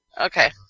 Okay